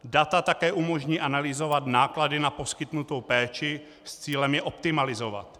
Data také umožní analyzovat náklady na poskytnutou péči s cílem je optimalizovat.